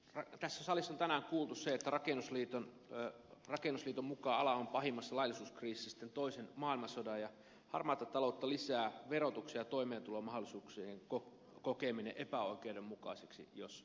tässä salissa on tänään kuultu se että rakennusliiton mukaan ala on pahimmassa laillisuuskriisissä sitten toisen maailmansodan ja harmaata taloutta lisää verotuksen ja toimeentulomahdollisuuksien kokeminen epäoikeudenmukaiseksi jos mikä